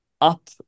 up